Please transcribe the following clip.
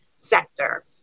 sector